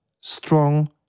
strong